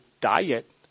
diet